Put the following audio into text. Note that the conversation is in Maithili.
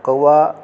कौआ